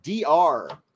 dr